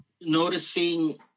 noticing